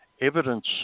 evidence